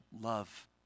love